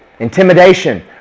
Intimidation